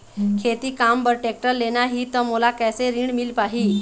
खेती काम बर टेक्टर लेना ही त मोला कैसे ऋण मिल पाही?